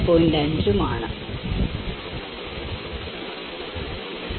5 ഉം ആണ്